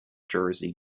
jersey